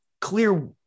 clear